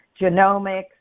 genomics